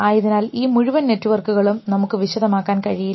ആയതിനാൽ ഈ മുഴുവൻ നെറ്റുവർക്കുകളും നമുക്ക് വിശദമാക്കാൻ കഴിയില്ല